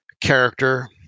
character